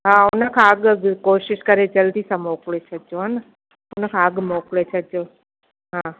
हा उन खां अॻु अॻु कोशिश करे जल्दी सां मोकिले छॾिजो हा न उन खां अॻु मोकिले छॾिजो हा